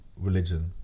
religion